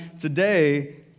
today